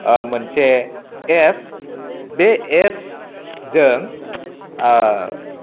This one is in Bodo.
मोनसे एप बे एपजों